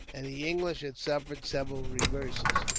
and the english had suffered several reverses.